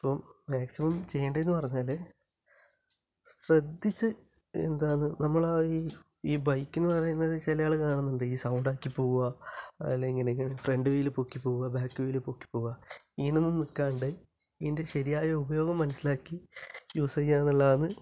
ഇപ്പം മാക്സിമം ചെയ്യേണ്ടതെന്ന് പറഞ്ഞാൽ ശ്രദ്ധിച്ചു എന്താണ് നമ്മൾ ആ ഈ ബൈക്ക് എന്ന് പറയുന്നത് ചില ആൾ കാണുന്നുണ്ട് ഈ സൗണ്ട് ആക്കി പോവുക അല്ലെങ്കില് ഇങ്ങനെ ഫ്രണ്ട് വീല് പൊക്കി പോവുക ബാക്ക് വീല് പൊക്കി പോവുക ഇതിനൊന്നും നിൽക്കാണ്ട് ഇതിന്റെ ശരിയായ ഉപയോഗം മനസിലാക്കി യൂസ് ചെയ്യുക എന്നുള്ളതാണ്